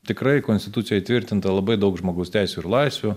tikrai konstitucijoj įtvirtinta labai daug žmogaus teisių ir laisvių